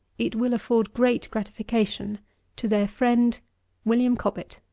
it will afford great gratification to their friend wm. cobbett.